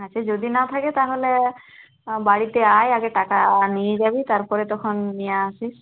আচ্ছা যদি না থাকে তাহলে বাড়িতে আয় আগে টাকা নিয়ে যাবি তারপরে তখন নিয়ে আসিস